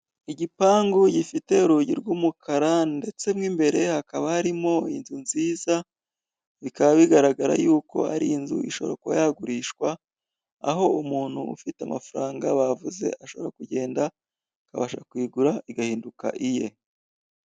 Igipangu gifite urugi rw'umukara ndetse mo imbere hakaba harimo inzu nziza, bikaba bigaragara yuko ari inzu ishobora kuba yagurishwa aho umuntu ufita amafaranga bavuze ashobora kugenda akabasha kuyigura igahinduk iye.